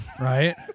Right